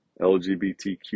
LGBTQ